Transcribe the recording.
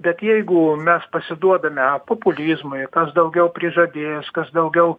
bet jeigu mes pasiduodame populizmui kas daugiau prižadės kas daugiau